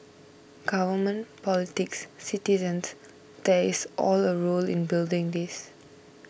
government politics citizens there is all a role in building this